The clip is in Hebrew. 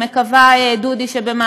אני מוכרחה לומר שאני